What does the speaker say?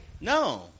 No